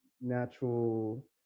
natural